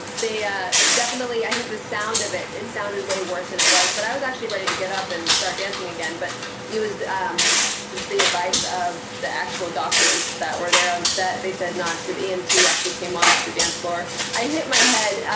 they definitely, i think the sound of it, it sounded way worse than it was, but i was actually ready to get up and start dancing again. but it um just the advice of the actual doctors that were there on set. they said not to, the and emt yeah actually came onto the dance floor. i hit my head,